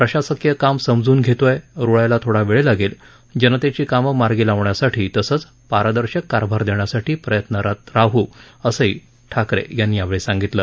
प्रशासकीय काम समजून घेतोय रुळायला थोडा वेळ लागेल जनतेची कामं मार्गी लावण्यासाठी तसंच पारदर्शक कारभार देण्यासाठी प्रयत्नरत राहू असंही ठाकरे यांनी यावेळी सांगितलं